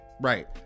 Right